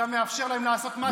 אתה מאפשר להם לרמוס את הדמוקרטיה,